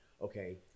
Okay